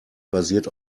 basiert